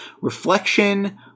reflection